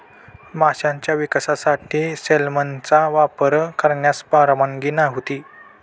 माशांच्या विकासासाठी सेलमनचा वापर करण्यास परवानगी नव्हती